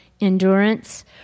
endurance